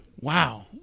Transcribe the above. Wow